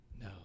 No